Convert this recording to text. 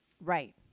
right